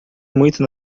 muito